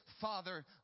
Father